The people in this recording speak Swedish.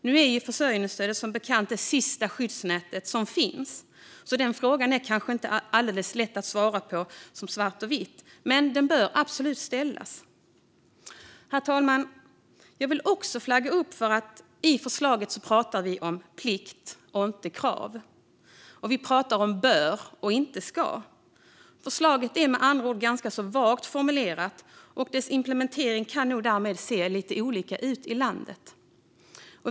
Nu är ju försörjningsstödet, som bekant, det sista skyddsnätet, så det är kanske inte alldeles lätt att svara svart eller vitt på frågan, men den bör absolut ställas. Herr talman! Jag vill också flagga för att vi i förslaget pratar om plikt och inte krav. Vi pratar om bör och inte ska. Förslaget är med andra ord ganska vagt formulerat, och dess implementering kan nog därmed se lite olika ut i landet.